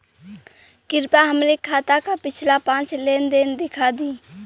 कृपया हमरे खाता क पिछला पांच लेन देन दिखा दी